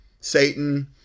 Satan